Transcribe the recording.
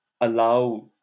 allow